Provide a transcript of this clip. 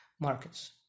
Markets